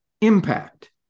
impact